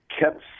kept